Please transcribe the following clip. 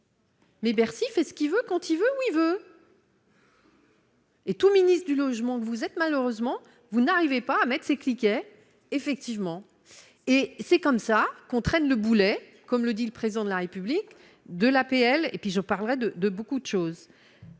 Mais Bercy fait ce qu'il veut, quand il. Et tout Ministre du logement que vous êtes malheureusement vous n'arrivez pas à maître cliquet effectivement et c'est comme ça qu'on traîne le boulet, comme le dit le président de la République de l'APL et puis je parlerai de de beaucoup de choses